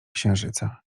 księżyca